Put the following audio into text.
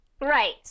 Right